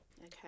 Okay